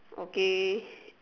okay